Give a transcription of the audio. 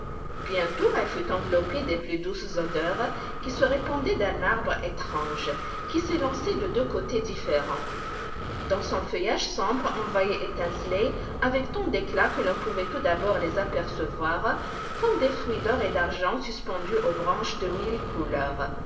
bientôt elle fut enveloppée des plus douces odeurs qui se répandaient d'un arbre étrange qui s'élançait de deux côtés différents dans son feuillage sombre on voyait étinceler avec tant d'éclat que l'on pouvait tout d'abord les apercevoir comme des fruits d'or et d'argent suspendus aux branches de mille couleurs